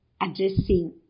addressing